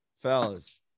fellas